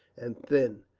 and thin,